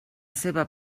seva